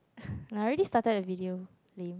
I already started the video game